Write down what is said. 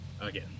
again